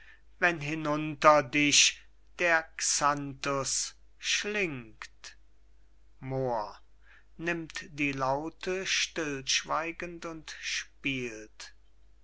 wenn hinunter dich der xanthus schlingt moor nimmt die laute stillschweigend und spielt